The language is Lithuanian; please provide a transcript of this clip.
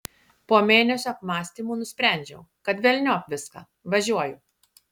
po mėnesio apmąstymų nusprendžiau kad velniop viską važiuoju